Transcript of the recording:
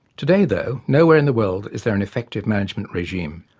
today though, nowhere in the world is there an effective management regime.